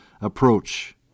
approach